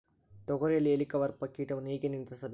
ತೋಗರಿಯಲ್ಲಿ ಹೇಲಿಕವರ್ಪ ಕೇಟವನ್ನು ಹೇಗೆ ನಿಯಂತ್ರಿಸಬೇಕು?